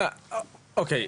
אוקיי,